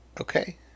okay